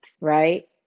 right